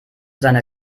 seine